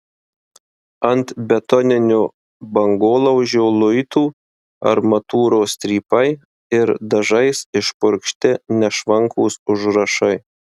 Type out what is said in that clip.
ant betoninio bangolaužio luitų armatūros strypai ir dažais išpurkšti nešvankūs užrašai